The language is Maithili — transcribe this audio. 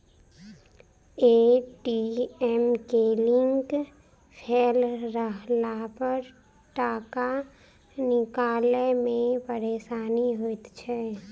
ए.टी.एम के लिंक फेल रहलापर टाका निकालै मे परेशानी होइत छै